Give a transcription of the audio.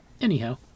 anyhow